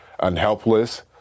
unhelpless